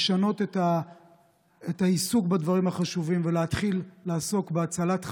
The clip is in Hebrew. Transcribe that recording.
לשנות את העיסוק בדברים החשובים ולהתחיל לעסוק בהצלת חיים,